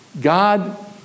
God